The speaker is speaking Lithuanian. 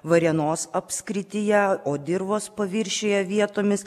varėnos apskrityje o dirvos paviršiuje vietomis